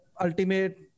ultimate